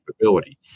capability